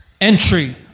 entry